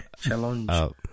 challenge